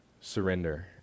surrender